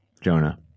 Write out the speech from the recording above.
Jonah